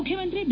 ಮುಖ್ಯಮಂತ್ರಿ ಬಿ